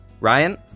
Ryan